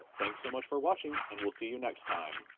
thanks so much for watching, and we'll see you next time.